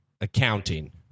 accounting